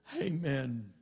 amen